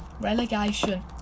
Relegation